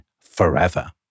forever